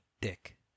dick